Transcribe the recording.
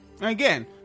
Again